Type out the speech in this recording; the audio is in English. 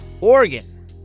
Oregon